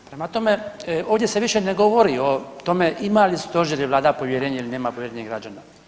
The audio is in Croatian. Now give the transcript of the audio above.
Prema tome, ovdje se više ne govori o tome ima li Stožer i Vlada povjerenje ili nema povjerenje građana.